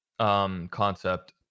Concept